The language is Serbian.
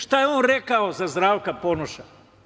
Šta je on rekao za Zdravka Ponoša?